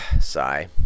Sigh